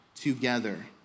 together